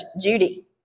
Judy